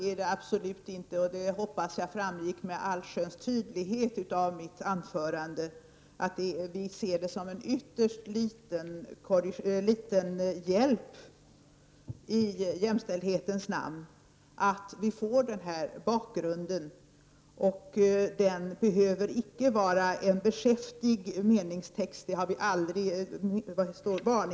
Jag hoppas att det framgick med allsköns tydlighet av mitt anförande att vi ser det som en ytterst liten hjälp i jämställdhetens namn att vi får den bakgrunden. Den behöver icke vara en beskäftig varningstext. Det har vi aldrig begärt.